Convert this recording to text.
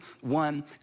one